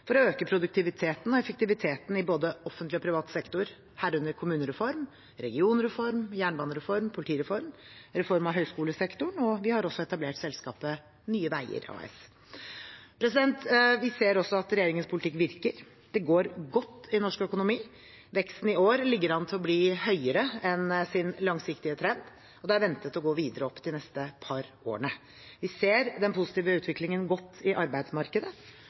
for å øke produktiviteten og effektiviteten i både offentlig og privat sektor, herunder kommunereform, regionreform, jernbanereform, politireform og reform av høyskolesektoren. Vi har også etablert selskapet Nye Veier AS. Vi ser også at regjeringens politikk virker. Det går godt i norsk økonomi. Veksten i år ligger an til å bli høyere enn den langsiktige trenden og er ventet å gå videre opp de neste par årene. Vi ser den positive utviklingen godt i arbeidsmarkedet: